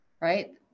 right